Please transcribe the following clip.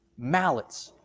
mallets,